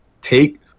Take